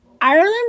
Ireland